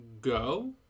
go